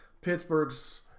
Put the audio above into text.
Pittsburgh's